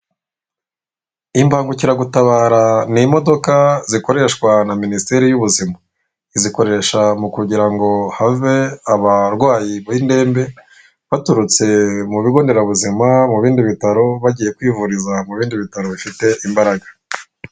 Imbangukiragutabara ni imodoka zikoreshwa na minisiteri y'ubuzima. Izikoresha mu kugira ngo have abarwayi bindembe baturutse mu bigonderebuzima mu bindi bitaro bagiye kwivuriza mu bindi bitaro bifite imbaraga.